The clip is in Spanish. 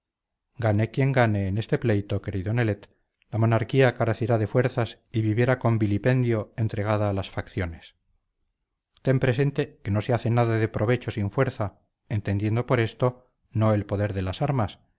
gane quien gane en este pleito querido nelet la monarquía carecerá de fuerza y vivirá con vilipendio entregada a las facciones ten presente que no se hace nada de provecho sin fuerza entendiendo por esto no el poder de las armas